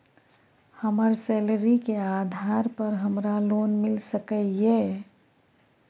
हमर सैलरी के आधार पर हमरा लोन मिल सके ये?